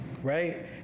right